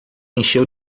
encheu